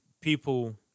people